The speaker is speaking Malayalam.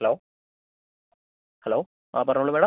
ഹലോ ഹലോ ആ പറഞ്ഞോളൂ മാഡം